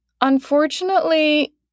unfortunately